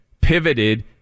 pivoted